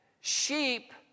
sheep